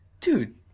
dude